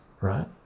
right